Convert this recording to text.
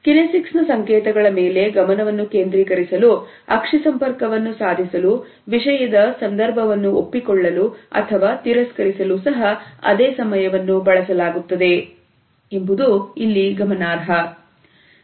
kinesics ನ ಸಂಕೇತಗಳ ಮೇಲೆ ಗಮನವನ್ನು ಕೇಂದ್ರೀಕರಿಸಲು ಪಕ್ಷಿ ಸಂಪರ್ಕವನ್ನು ಸಾಧಿಸಲು ವಿಷಯದ ಸಂದರ್ಭವನ್ನು ಒಪ್ಪಿಕೊಳ್ಳಲು ಅಥವಾ ತಿರಸ್ಕರಿಸಲು ಸಹ ಅದೇ ಸಮಯವನ್ನು ಬಳಸಲಾಗುತ್ತದೆ ಎಂಬುದನ್ನು ಗಮನಿಸಬೇಕು